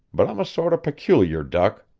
but i'm a sort of peculiar duck!